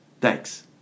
thanks